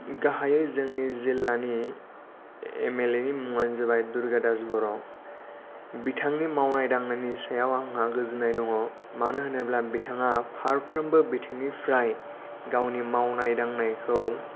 गाहायै जोंनि जिल्लानि एमएलएनि मुङानो जाबाय दुर्गा दास बर' बिथांनि मावनाय दांनायनि सायाव आंहा गोजोननाय दङ' मानो होनोबा बिथाङा फारफ्रोमबो बिथिंनिफ्राय गावनि मावनाय दांनायखौ